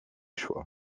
choix